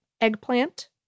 eggplant